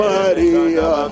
Maria